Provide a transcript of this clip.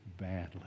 badly